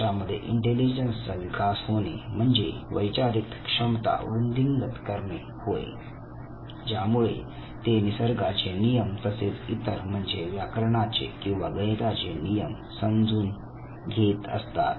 त्याच्यामध्ये इंटेलिजन्सचा विकास होणे म्हणजे वैचारिक क्षमता वृद्धिंगत होणे होय ज्यामुळे ते निसर्गाचे नियम तसेच इतर म्हणजे व्याकरणाचे किंवा गणिताचे नियम समजून घेत असतात